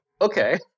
okay